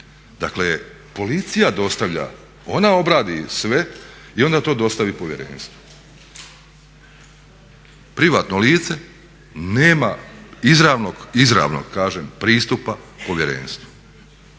Dakle, policija dostavlja, ona obradi sve i onda to dostavi povjerenstvu. Privatno lice nema izravnog, izravnog kaže, pristupa povjerenstvu.